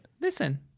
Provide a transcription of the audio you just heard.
listen